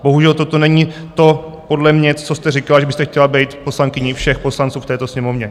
Bohužel toto není podle mě to, co jste říkala, že byste chtěla být poslankyní všech poslanců v této Sněmovně.